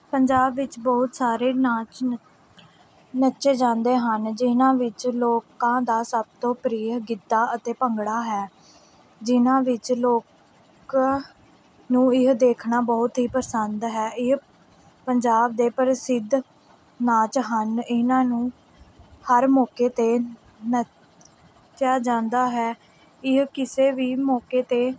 ਪੰਜਾਬ ਵਿੱਚ ਬਹੁਤ ਸਾਰੇ ਨਾਚ ਨੱਚੇ ਜਾਂਦੇ ਹਨ ਜਿਨ੍ਹਾਂ ਵਿੱਚ ਲੋਕਾਂ ਦਾ ਸਭ ਤੋਂ ਪ੍ਰਿਯ ਗਿੱਧਾ ਅਤੇ ਭੰਗੜਾ ਹੈ ਜਿਨ੍ਹਾਂ ਵਿੱਚ ਲੋਕਾਂ ਨੂੰ ਇਹ ਦੇਖਣਾ ਬਹੁਤ ਹੀ ਪਸੰਦ ਹੈ ਇਹ ਪੰਜਾਬ ਦੇ ਪ੍ਰਸਿੱਧ ਨਾਚ ਹਨ ਇਹਨਾਂ ਨੂੰ ਹਰ ਮੌਕੇ 'ਤੇ ਨੱਚਿਆ ਜਾਂਦਾ ਹੈ ਇਹ ਕਿਸੇ ਵੀ ਮੌਕੇ 'ਤੇ